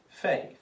Faith